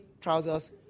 trousers